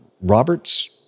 Roberts